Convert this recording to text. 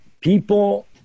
people